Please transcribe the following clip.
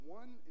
one